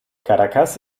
caracas